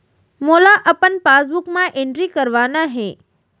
मोला अपन पासबुक म एंट्री करवाना हे?